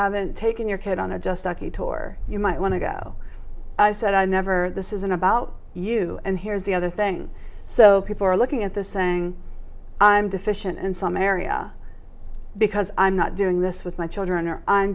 haven't taken your kid on a just ducky tour you might want to go i said i never this isn't about you and here's the other thing so people are looking at this saying i'm deficient in some area because i'm not doing this with my children